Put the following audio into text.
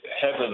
heaven